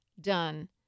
done